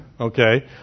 okay